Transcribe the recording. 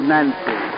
Nancy